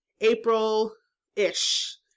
April-ish